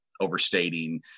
overstating